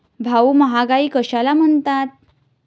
भाऊ, महागाई कशाला म्हणतात?